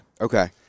okay